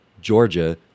Georgia